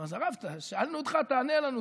הרב, שאלנו אותך, תענה לנו.